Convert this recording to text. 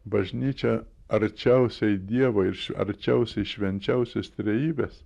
bažnyčia arčiausiai dievo ir arčiausiai švenčiausios trejybės